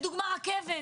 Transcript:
לדוגמה, הרכבת.